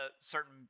certain